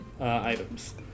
items